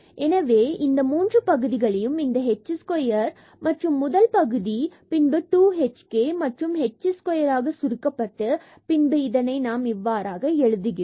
எனவே இந்த மூன்று பகுதிகளையும் இந்த h ஸ்கொயர் மற்றும் முதல் பகுதி பின்பு 2 hk and k square மீண்டும் ஆக சுருக்கப்பட்டு பின்பு இதை நாம் இவ்வாறாக எழுதுகிறோம்